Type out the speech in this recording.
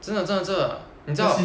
真的真的真的你知道